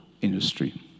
industry